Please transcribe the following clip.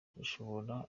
rushobora